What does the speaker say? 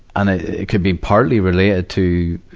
and it could be partly related to,